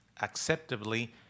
acceptably